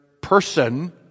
person